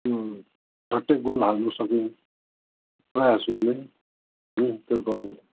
झट्टै गोल हाल्न सक्ने प्रयास गर्ने हो त्यो गर्नु